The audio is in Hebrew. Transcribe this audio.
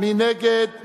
מי נגד?